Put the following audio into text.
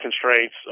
constraints